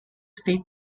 state